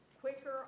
quicker